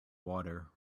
water